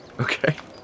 Okay